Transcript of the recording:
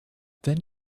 then